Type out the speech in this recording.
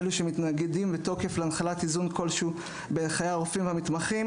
אלה שמתנגדים בתוקף להנחלת איזון כלשהו בחיי הרופאים והמתמחים